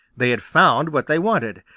they had found what they wanted,